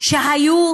שהיה